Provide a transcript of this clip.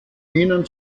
minen